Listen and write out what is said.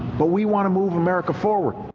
but we wanna move america forward